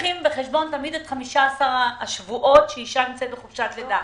בחשבון תמיד את 15 השבועות שאשה נמצאת בחופשת לידה.